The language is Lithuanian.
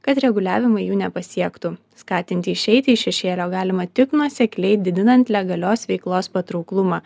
kad reguliavimai jų nepasiektų skatinti išeiti iš šešėlio galima tik nuosekliai didinant legalios veiklos patrauklumą